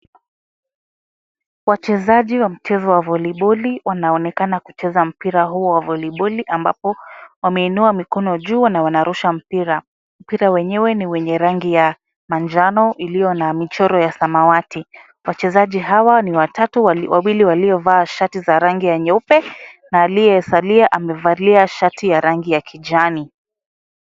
Wachezaji wa mchezo wa voliboli wanaonekana kucheza mpira huo wa voliboli ambapo wameinua mikono juu na wanarusha mpira. Mpira wenyewe ni wenye rangi ya manjano iliyo na michoro ya samawati. Wachezaji hawa ni watatu, wawili waliovaa shati ya rangi ya nyeupe na aliyesalia amevalia shati ya rangi ya kijani.